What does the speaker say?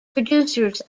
producers